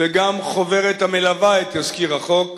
וגם חוברת המלווה את תזכיר החוק,